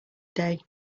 day